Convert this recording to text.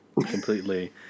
completely